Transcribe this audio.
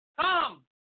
Come